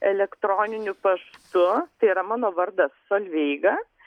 elektroniniu paštu tai yra mano vardas solveiga